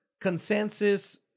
consensus